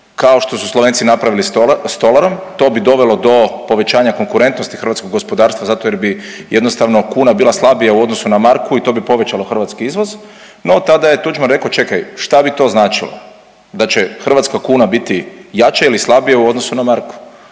kao što su Slovenci napravili sa tolarom. To bi dovelo do povećanja konkurentnosti hrvatskog gospodarstva zato jer bi jednostavno kuna bila slabija u odnosu na marku i to bi povećalo hrvatski izvoz. No, tada je Tuđman rekao: „Čekaj, što bi to značilo, da će hrvatska kuna biti jača ili slabija u odnosu na marku?“